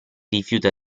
rifiuta